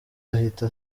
ahita